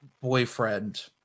boyfriend